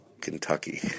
Kentucky